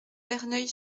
verneuil